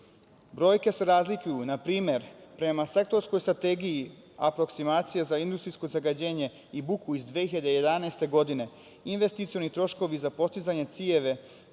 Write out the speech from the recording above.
buke. Brojke se razlikuju. Na primer prema sektorskoj strategiji aproksimacije za industrijsko zagađenje i buku iz 2011. godine investicioni troškovi za postizanje ciljeva